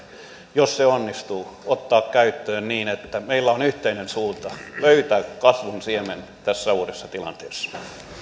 jos se onnistuu ottaa käyttöön niin että meillä on yhteinen suunta löytää kasvun siemen tässä uudessa tilanteessa